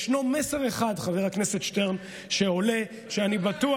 ישנו מסר אחד שעולה, חבר הכנסת שטרן, אני יודע,